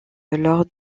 lors